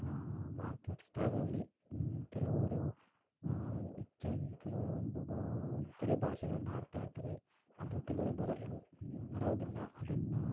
market ಸ್ಥಳಗಳಲ್ಲಿ ಕೆಲವರು ಹೆಚ್ಚಾಗಿ ಕೆಲವೊಂದು ಬ ಇತರೆ ಭಾಷೆಗಳನ್ನಾಡ್ತಾಯಿರ್ತಾರೆ ಅದು ಕೆಲವ್ರಿಗೆ ಬರ ಎಲ್ಲಿ ಬರೋದಿಲ್ಲ ಅದನ್ನು